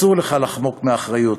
אסור לך לחמוק מאחריות.